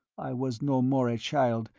i was no more a child,